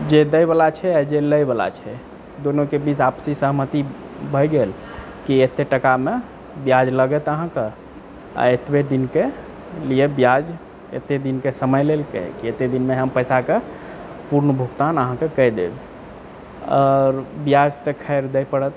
जे दै बला छै आ जे लै बला छै दुनूके बीच आपसी सहमति भए गेल कि एते टाकामे बियाज लगत अहाँकेँ आ एतबे दिनके लियऽ बियाज एते दिनके समय लेलकै कि एते दिनमे हम पैसाके पूर्ण भुगतान अहाँकेँ कए देब और बियाज तऽ खैर दै पड़त